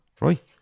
right